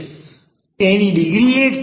તેની પ્રથમ ડિગ્રી છે